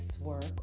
work